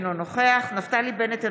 אינו נוכח נפתלי בנט,